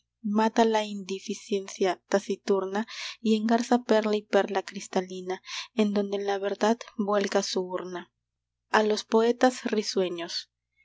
mata la indificencia taciturna y engarza perla y perla cristalina en donde la verdad vuelca su urna a los poetas risueños